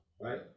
right